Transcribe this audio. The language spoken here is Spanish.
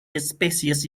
especies